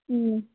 ಹ್ಞೂ